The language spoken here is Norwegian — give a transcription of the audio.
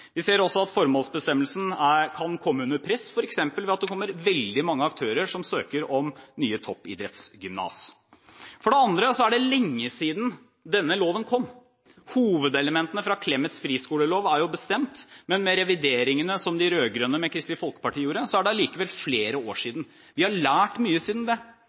Vi ser også at formålsbestemmelsen kan komme under press ved at det f.eks. kommer veldig mange aktører som søker om nye toppidrettsgymnas. For det andre er det lenge siden denne loven kom. Hovedelementene fra Clemets friskolelov er jo bestemt, men med revideringene som de rød-grønne gjorde, med Kristelig Folkepartis støtte, er det likevel flere år siden. Vi har lært mye siden det,